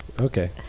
okay